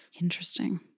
Interesting